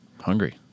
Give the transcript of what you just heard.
hungry